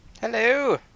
Hello